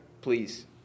please